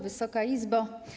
Wysoka Izbo!